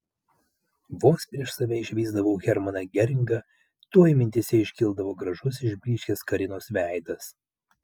vos prieš save išvysdavau hermaną geringą tuoj mintyse iškildavo gražus išblyškęs karinos veidas